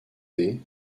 des